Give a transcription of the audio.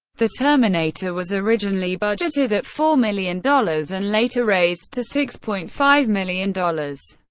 the terminator was originally budgeted at four million dollars and later raised to six point five million dollars.